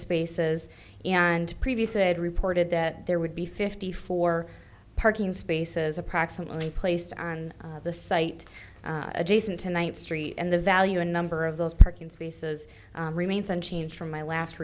spaces and previously i had reported that there would be fifty four parking spaces approximately placed on the site adjacent to night street and the value a number of those parking spaces remains unchanged from my last